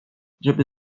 żeby